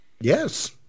yes